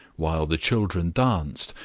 while the children danced,